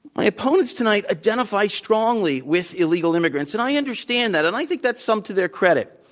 my opponents tonight identify strongly with illegal immigrants, and i understand that, and i think that's some to their credit.